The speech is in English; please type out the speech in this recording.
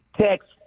text